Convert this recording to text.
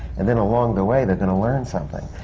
and then along the way, they're going to learn something.